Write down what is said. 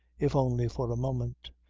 if only for a moment,